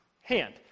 hand